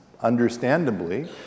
understandably